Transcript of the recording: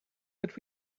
but